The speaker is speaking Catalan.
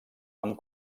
amb